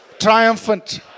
triumphant